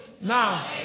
Now